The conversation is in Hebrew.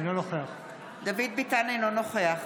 אינו נוכח ולדימיר בליאק,